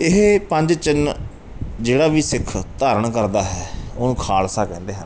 ਇਹ ਪੰਜ ਚਿੰਨ ਜਿਹੜਾ ਵੀ ਸਿੱਖ ਧਾਰਨ ਕਰਦਾ ਹੈ ਉਹਨੂੰ ਖਾਲਸਾ ਕਹਿੰਦੇ ਹਨ